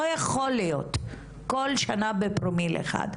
לא יכול להיות, כל שנה בפרומיל אחד.